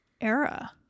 era